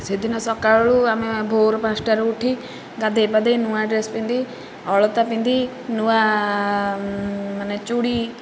ସେଦିନ ସକାଳୁ ଆମେ ଭୋରୁ ପାଞ୍ଚଟାରୁ ଉଠି ଗାଧୋଇ ପାଧୋଇ ନୂଆ ଡ୍ରେସ୍ ପିନ୍ଧି ଅଳତା ପିନ୍ଧି ନୂଆ ମାନେ ଚୁଡ଼ି